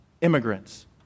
immigrants